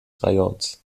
rajons